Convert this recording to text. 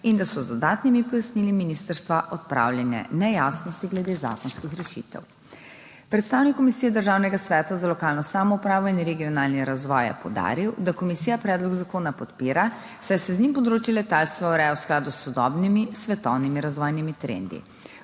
in da so z dodatnimi pojasnili ministrstva odpravljene nejasnosti glede zakonskih rešitev. Predstavnik Komisije Državnega sveta za lokalno samoupravo in regionalni razvoj je poudaril, da komisija predlog zakona podpira, saj se z njim področje letalstva ureja v skladu s sodobnimi svetovnimi razvojnimi trendi.